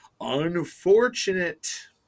unfortunate